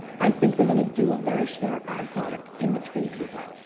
i think they're going to do a very smart ad product in between people.